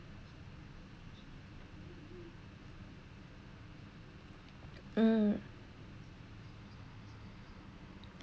mm